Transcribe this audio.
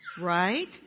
Right